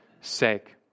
sake